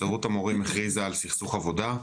הסתדרות המורים הכריזה על סכסוך עבודה,